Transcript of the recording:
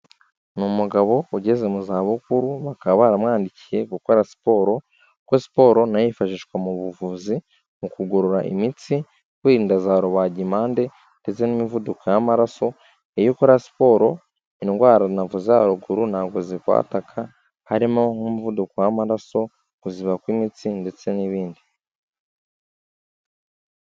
Ni umugabo ugeze mu za bukuru, bakaba baramwandikiye gukora siporo, kuko siporo nayo yifashishwa mu buvuzi, mu kugorora imitsi wenda za rubagimpande, ndetse n'imivuduko y'amaraso, iyo ukora siporo indwara navuze haruguru ntabwo zikwataka, harimo nk'umuvuduko w'amaraso, kuziba kw'imitsi, ndetse n'ibindi.